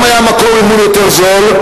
גם היה מקור מימון יותר זול,